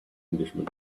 englishman